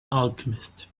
alchemist